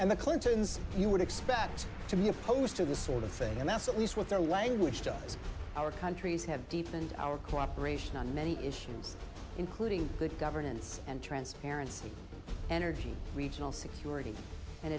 and the clintons you would expect to be opposed to this sort of thing and that's at least what their language does our countries have deepened our cooperation on many issues including good governance and transparency energy regional security and